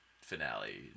finale